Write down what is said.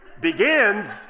begins